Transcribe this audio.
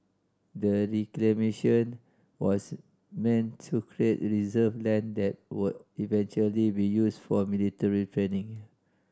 the reclamation was meant to create reserve land that would eventually be used for military training